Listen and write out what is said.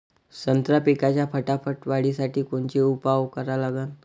संत्रा पिकाच्या फटाफट वाढीसाठी कोनचे उपाव करा लागन?